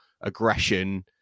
aggression